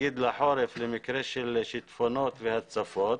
לחורף למקרה של שיטפונות והצפות